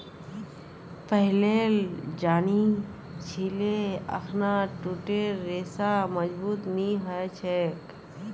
पहिलेल जानिह छिले अखना जूटेर रेशा मजबूत नी ह छेक